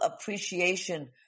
appreciation